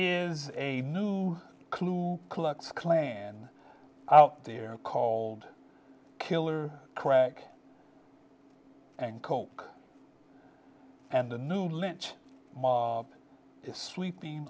is a new clue klux klan out there called killer crack and coke and a new lynch mob is sweeping